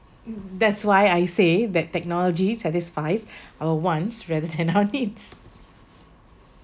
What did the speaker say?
that's why I say that technology satisfies our wants rather than our needs